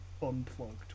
unplugged